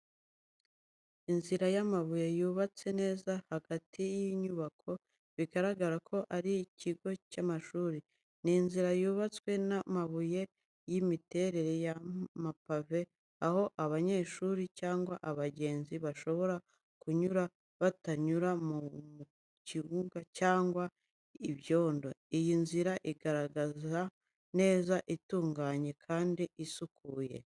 Inzira y’amabuye yubatse neza hagati y’inyubako, bigaragara ko ari mu kigo cy’amashuri. Ni inzira yubatswe n’amabuye y’imiterere y'amapave, aho abanyeshuri cyangwa abagenzi bashobora kunyura batanyura mu mukungugu cyangwa ibyondo. Iyi nzira igaragara neza, itunganye kandi isukuye.